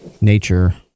nature